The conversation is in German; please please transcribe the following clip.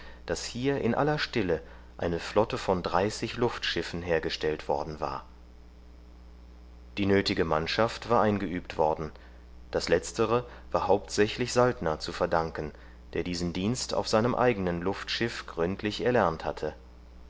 daß hier in aller stille eine flotte von dreißig luftschiffen hergestellt worden war die nötige mannschaft war eingeübt worden das letztere war hauptsächlich saltner zu verdanken der diesen dienst auf seinem eigenen luftschiff gründlich erlernt hatte